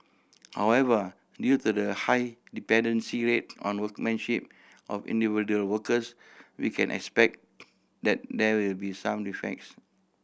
however due to the high dependency on workmanship of individual workers we can expect that there will be some defects